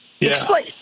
explain